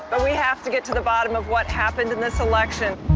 but we have to get to the bottom of what happened in this election.